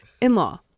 In-law